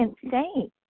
insane